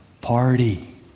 party